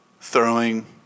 throwing